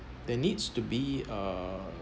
they needs to be uh